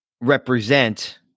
represent